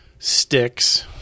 Sticks